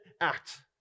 act